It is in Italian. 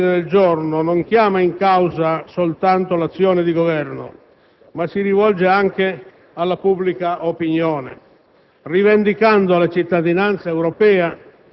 Dico così perché l'ordine del giorno G1 non chiama in causa soltanto l'azione di Governo, ma si rivolge anche alla pubblica opinione